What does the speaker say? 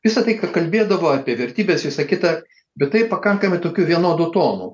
visą tai ką kalbėdavo apie vertybes visa kita bet tai pakankamai tokiu vienodu tonu